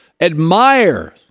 admire